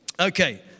Okay